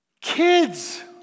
Kids